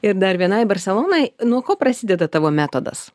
ir dar vienai barselonoj nuo ko prasideda tavo metodas